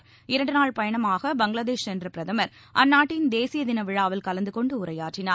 இருப்பதாக இரண்டுநாள் பயணமாக பங்களாதேஷ் சென்றபிரதமர் அந்நாட்டின் தேசியதினவிழாவில் கலந்துகொண்டுஉரையாற்றினார்